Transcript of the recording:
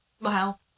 Wow